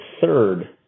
third